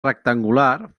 rectangular